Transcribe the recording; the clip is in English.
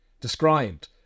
described